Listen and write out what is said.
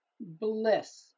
bliss